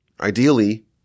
Ideally